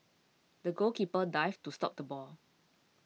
the goalkeeper dived to stop the ball